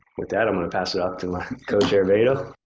with that, i'm going to pass it off to my co-chair beto.